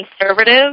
conservative